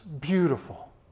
beautiful